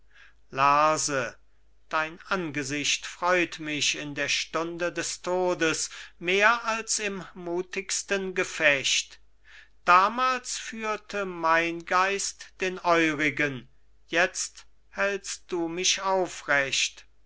lerse dein angesicht freut mich in der stunde des todes mehr als im mutigsten gefecht damals führte mein geist den eurigen jetzt hältst du mich aufrecht